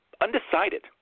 Undecided